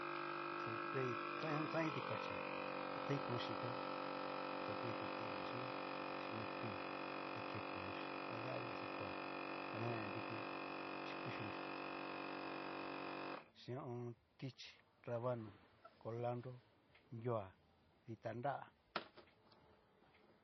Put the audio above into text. Xatuai xani xani tikachí, ta tain koño xhitón, kon kein to timachi chín ñó kuii, ta ke koño chí dadaviña xakoa ta nena né nriki, kuchinrí chín ho o on. tichí, rabano, kolandro, nrua dita nrá.